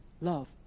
love